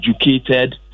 educated